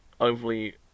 overly